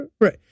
Right